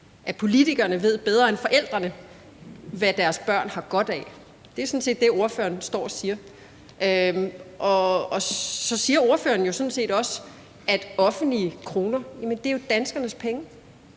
at politikerne ved bedre end forældrene, hvad deres børn har godt af. Det er sådan set det, ordføreren står og siger. Og så siger ordføreren jo sådan set også, at det er offentlige kroner. Jamen det er jo danskernes penge,